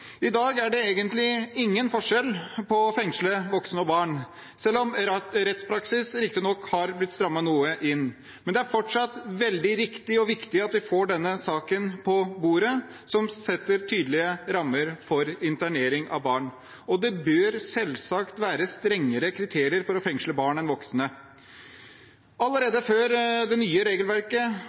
I dag er det egentlig ingen forskjell på å fengsle voksne og barn, selv om rettspraksisen riktignok har blitt noe innstrammet. Men det er fortsatt veldig riktig og viktig at vi får denne saken, som setter tydelig rammer for interneringen av barn, på bordet. Det bør selvsagt være strengere kriterier for å fengsle barn enn for voksne. Allerede før det nye regelverket